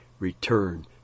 Return